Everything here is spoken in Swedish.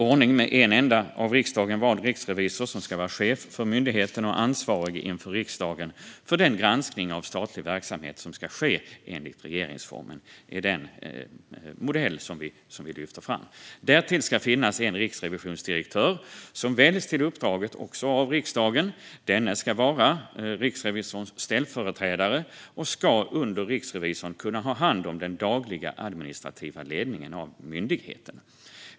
Ordningen med en enda av riksdagen vald riksrevisor som ska vara chef för myndigheten och ansvarig inför riksdagen för den granskning av statlig verksamhet som ska ske enligt regeringsformen är den modell som vi lyfter fram. Därtill ska det finnas en riksrevisionsdirektör, som också väljs till uppdraget av riksdagen. Denna ska vara riksrevisorns ställföreträdare och ska under riksrevisorn kunna ha hand om den dagliga administrativa ledningen av myndigheten.